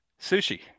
Sushi